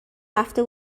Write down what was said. رفته